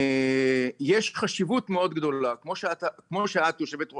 יש חשיבות מאוד גדולה כמו שציינת.